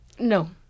no